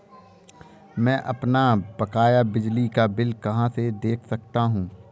मैं अपना बकाया बिजली का बिल कहाँ से देख सकता हूँ?